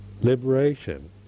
liberation